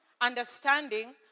understanding